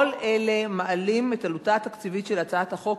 כל אלה מעלים את עלותה התקציבית של הצעת החוק